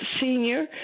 senior